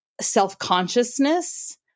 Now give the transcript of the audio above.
self-consciousness